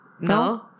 No